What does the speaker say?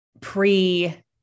pre